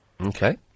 Okay